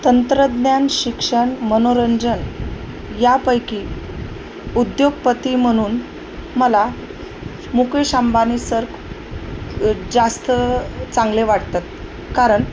तंत्रज्ञान शिक्षण मनोरंजन यापैकी उद्योगपती म्हणून मला मुकेश अंबानी सर जास्त चांगले वाटतात कारण